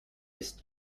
ist